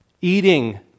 Eating